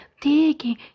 digging